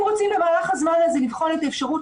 אם רוצים במהלך הזמן הזה לבחון את האפשרות